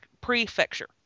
Prefecture